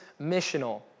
missional